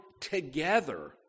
together